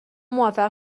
موفق